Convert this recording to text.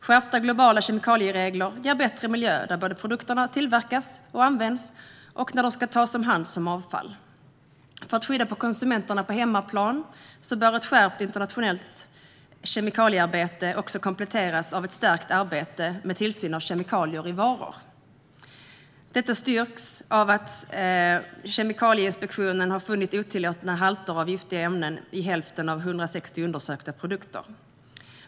Skärpta globala kemikalieregler ger bättre miljö både där produkter tillverkas och används och när de ska tas om hand som avfall. För att skydda konsumenter på hemmaplan bör ett skärpt internationellt kemikaliearbete kompletteras av ett stärkt arbete med tillsyn av kemikalier i varor. Detta krav styrks av att Kemikalieinspektionen har funnit otillåtna halter av giftiga ämnen i hälften av 160 undersökta produkter.